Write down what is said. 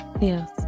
yes